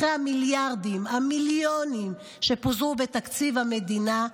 אחרי המיליארדים והמיליונים שפוזרו בתקציב המדינה,